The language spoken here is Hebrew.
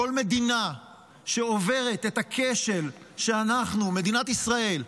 כל מדינה שעוברת את הכשל שאנחנו, מדינת ישראל,